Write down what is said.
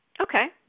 Okay